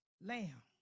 lamb